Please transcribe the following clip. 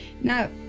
now